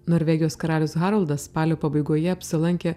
norvegijos karalius haroldas spalio pabaigoje apsilankė